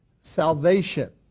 Salvation